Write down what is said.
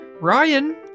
Ryan